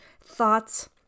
thoughts